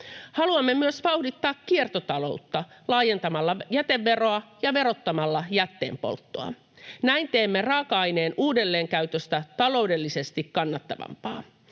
Haluamme myös vauhdittaa kiertotaloutta laajentamalla jäteveroa ja verottamalla jätteenpolttoa. Näin teemme raaka-aineen uudelleenkäytöstä taloudellisesti kannattavampaa.